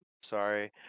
sorry